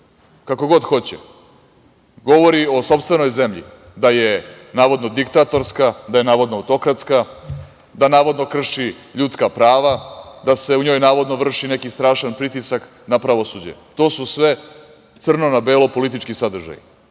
kako god hoće, govori o sopstvenoj zemlji da je navodno diktatorska, da je navodno autokratska, da navodno krši ljudska prava, da se u njoj navodno vrši neki strašan pritisak na pravosuđe. To su sve crno na belo politički sadržaji